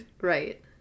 right